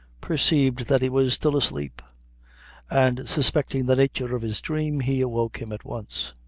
perceived that he was still asleep and suspecting the nature of his dream, he awoke him at once.